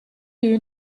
you